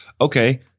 Okay